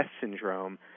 syndrome